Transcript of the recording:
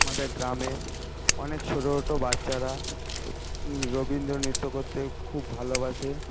আমাদের গ্রামে অনেক ছোটোছোটো বাচ্চারা রবীন্দ্র নৃত্য করতে খুব ভালোবাসে